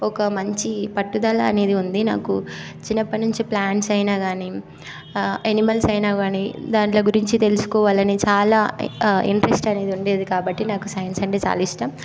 ఒక మంచి పట్టుదల అనేది ఉంది నాకు చిన్నప్పటి నుంచి ప్లాంట్స్ అయినా కానీ ఎనిమల్స్ అయినా కానీ దాంట్లో గురించి తెలుసుకోవాలని చాలా ఇంట్రెస్ట్ అనేది ఉండేది కాబట్టి నాకు సైన్స్ అంటే చాలా ఇష్టం